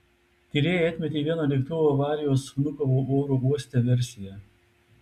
tyrėjai atmetė vieną lėktuvo avarijos vnukovo oro uoste versiją